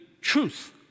truth